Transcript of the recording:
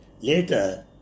Later